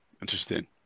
Interesting